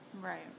Right